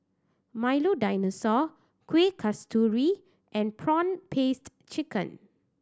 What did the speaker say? Milo Dinosaur Kueh Kasturi and prawn paste chicken